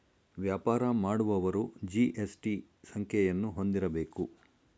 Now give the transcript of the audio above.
ವ್ಯಾಪಾರ ಮಾಡುವವರು ಜಿ.ಎಸ್.ಟಿ ಸಂಖ್ಯೆಯನ್ನು ಹೊಂದಿರಬೇಕು